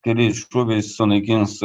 keliais šūviais sunaikins